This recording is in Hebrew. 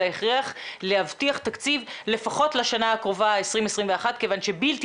על ההכרח להבטיח תקציב לפחות לשנה הקרובה 2021 כיוון שבלתי